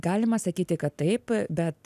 galima sakyti kad taip bet